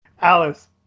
Alice